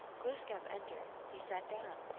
glooskap entered he sat down.